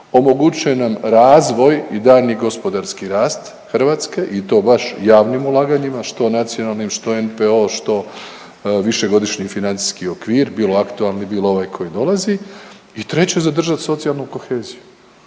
omogućuje nam razvoj i daljnji gospodarski rast Hrvatske i to baš javnim ulaganjima, što nacionalnim, što NPO, što Višegodišnji financijski okvir bilo aktualni, bilo ovaj koji dolazi i treće zadržat socijalnu koheziju.